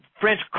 French